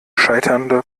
scheiternde